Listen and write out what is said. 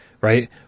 right